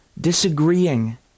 disagreeing